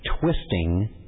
twisting